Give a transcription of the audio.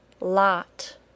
lot